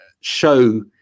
show